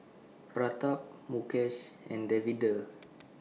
Pratap Mukesh and Davinder